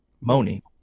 Moni